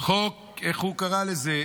איך הוא קרא לזה?